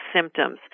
symptoms